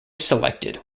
selected